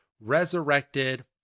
Resurrected